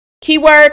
Keyword